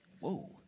Whoa